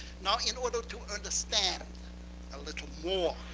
now, in order to understand a little more,